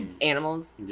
animals